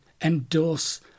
endorse